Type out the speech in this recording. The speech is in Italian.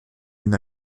una